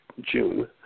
June